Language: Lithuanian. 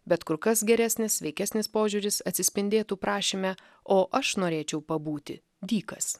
bet kur kas geresnis sveikesnis požiūris atsispindėtų prašyme o aš norėčiau pabūti dykas